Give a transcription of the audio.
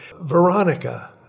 Veronica